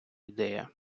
ідея